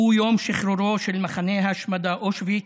הוא יום שחרורו של מחנה ההשמדה אושוויץ,